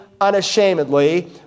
unashamedly